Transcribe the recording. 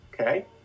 Okay